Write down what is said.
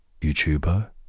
YouTuber